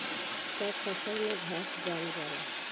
सब फसल में घास जाम जाला